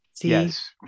Yes